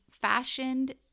fashioned